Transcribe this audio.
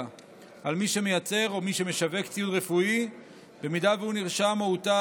על מי שמייצר או מי שמשווק ציוד רפואי שנרשם או שהותר